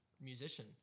musician